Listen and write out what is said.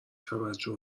توجه